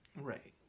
right